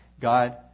God